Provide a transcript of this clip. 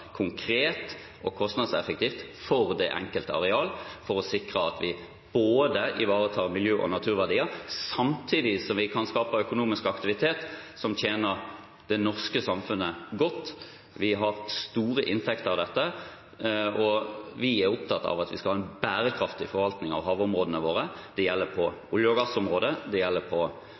konkret og kostnadseffektivt – for det enkelte arealet, for å sikre at vi ivaretar miljø- og naturverdier samtidig som vi kan skape økonomisk aktivitet som tjener det norske samfunnet godt. Vi har store inntekter av dette. Vi er opptatt av at vi skal ha en bærekraftig forvaltning av havområdene våre. Det gjelder på olje- og gassområdet, det gjelder på